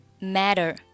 matter